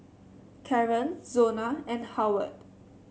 Karren Zona and Howard